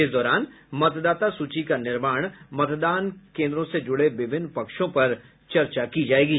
इस दौरान मतदाता सूची का निर्माण मतदान केन्द्रों से जुड़े विभिन्न पक्षों पर चर्चा करेंगे